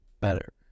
better